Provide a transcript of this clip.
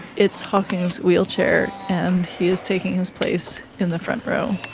it's hawking's wheelchair and he's taking his place in the front row.